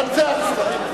לצאת.